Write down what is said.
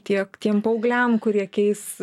tiek tiem paaugliam kurie keis